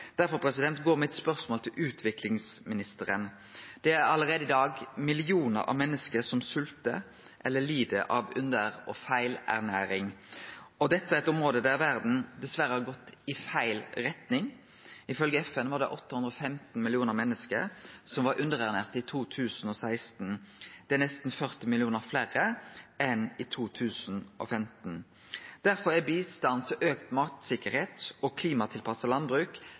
går spørsmålet mitt til utviklingsministeren. Det er allereie i dag millionar av menneske som svelt eller lid av under- og feilernæring. Dette er eit område der verda dessverre har gått i feil retning. Ifølgje FN var det 815 millionar menneske som var underernærte i 2016. Det er nesten 40 millionar fleire enn i 2015. Derfor er bistanden til auka matsikkerheit og klimatilpassa landbruk